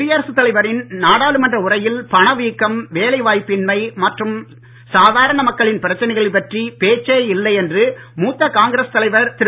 குடியரசுத் தலைவரின் நாடாளுமன்ற உரையில் பண வீக்கம் வேலைவாய்ப்பின்மை மற்றும் சாதார மக்களின் பிரச்சனைகள் பற்றி பேச்சே இல்லை என்று மூத்த காங்கிரஸ் தலைவர் திரு